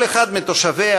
כל אחד מתושביה,